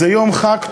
זה יום חג.